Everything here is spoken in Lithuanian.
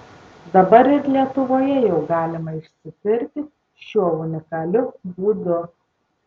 dabar ir lietuvoje jau galima išsitirti šiuo unikaliu būdu